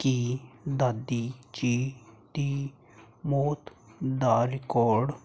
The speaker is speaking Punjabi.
ਕਿ ਦਾਦੀ ਜੀ ਦੀ ਮੌਤ ਦਾ ਰਿਕਾਰਡ